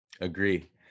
Agree